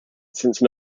since